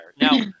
Now